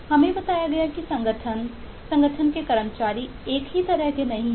हमें बताया गया कि संगठन संगठन के कर्मचारी एक ही तरह के नहीं हैं